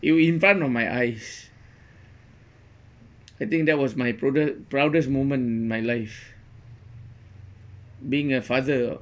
you in front of my eyes I think that was my proude~ proudest moment in my life being a father